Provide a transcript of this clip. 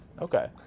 okay